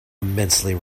immensely